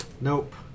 Nope